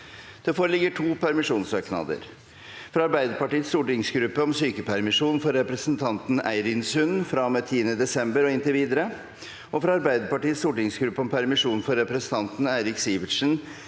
Der foreligger to permisjonssøknader: – fra Arbeiderpartiets stortingsgruppe om sykepermisjon for representanten Eirin Sund fra og med 10. desember og inntil videre – fra Arbeiderpartiets stortingsgruppe om permisjon for representanten Eirik Sivertsen